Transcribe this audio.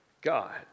God